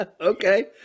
Okay